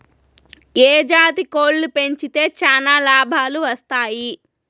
ఏ జాతి కోళ్లు పెంచితే చానా లాభాలు వస్తాయి?